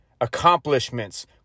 accomplishments